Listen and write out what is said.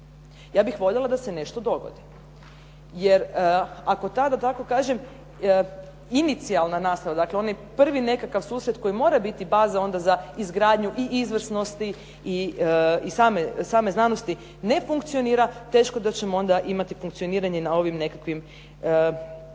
Ja bih voljela da se nešto dogodi jer ako tada, da tako kažem, inicijalna nastava, dakle onaj prvi nekakav susret koji mora biti baza onda za izgradnju i izvrsnosti i same znanosti ne funkcionira, teško da ćemo onda imati funkcioniranje na ovim nekakvim